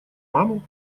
маму